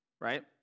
right